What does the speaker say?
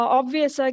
obvious